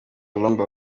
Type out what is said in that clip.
colombe